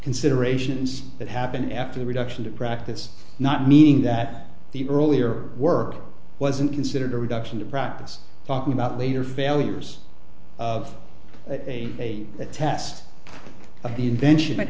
considerations that happen after the reduction to practice not meaning that the earlier work wasn't considered a reduction to practice talking about later failures of a test of the invention but